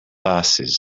busses